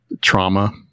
trauma